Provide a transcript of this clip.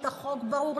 אפוטרופוסים.